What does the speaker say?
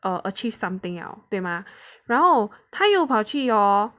err achieve something liao 对吗然后他又跑去 hor